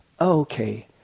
okay